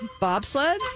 Bobsled